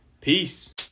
Peace